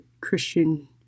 Christian